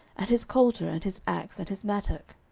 and his coulter, and his axe, and his mattock.